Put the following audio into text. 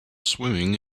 swimming